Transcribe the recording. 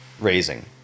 raising